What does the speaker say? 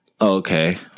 Okay